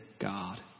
God